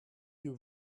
you